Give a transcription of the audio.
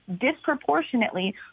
disproportionately